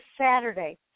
Saturday